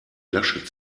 lasche